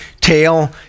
tail